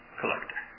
collector